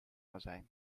azijn